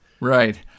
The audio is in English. Right